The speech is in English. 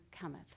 cometh